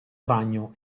ragno